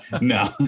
No